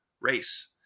race